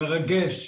מרגש.